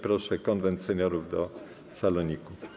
Proszę Konwent Seniorów do saloniku.